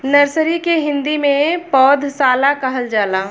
nursery के हिंदी में पौधशाला कहल जाला